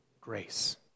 grace